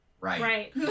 right